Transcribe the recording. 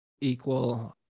Equal